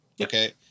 okay